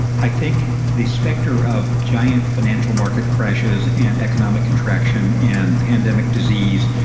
i think the specter of giant financial market crashes and economic contraction and pandemic disease,